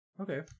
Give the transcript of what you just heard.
Okay